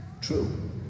true